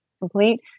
complete